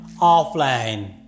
offline